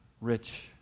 rich